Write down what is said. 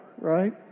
right